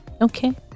Okay